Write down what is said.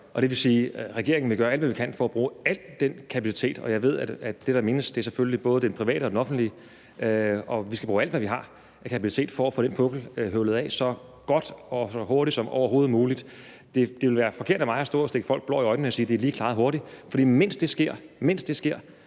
det vil sige, at regeringen vil gøre alt, hvad vi kan, for at bruge al den kapacitet. Jeg ved, at det, der menes, selvfølgelig både er den private og den offentlige, og vi skal bruge alt, hvad vi har af kapacitet, for at få den pukkel høvlet af så godt og så hurtigt som overhovedet muligt. Det vil være forkert af mig at stå og stikke folk blår i øjnene og sige, at det lige er klaret hurtigt. For mens det sker,